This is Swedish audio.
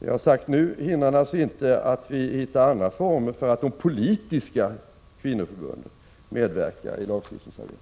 Vad jag sagt nu hindrar naturligtvis inte att vi hittar andra former för att de politiska kvinnoförbunden medverkar i lagstiftningsarbetet.